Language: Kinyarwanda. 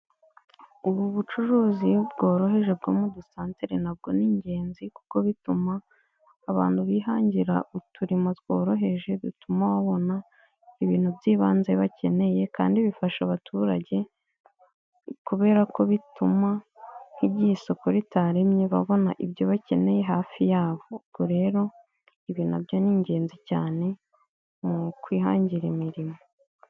Ubu bucuruzi bworoheje bwo mu dusantere nabwo ni ingenzi kuko bituma abantu bihangira uturimo tworoheje dutuma babona ibintu by'ibanze bakeneye kandi bifasha abaturage kubera ko bituma nk'igihe isoko ritaremye babona ibyo bakeneye hafi yabo. Ubwo rero ibi nabyo ni ingenzi cyane mu kwihangira imirimo.